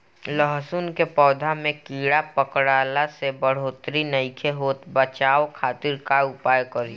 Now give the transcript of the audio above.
लहसुन के पौधा में कीड़ा पकड़ला से बढ़ोतरी नईखे होत बचाव खातिर का उपाय करी?